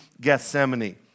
Gethsemane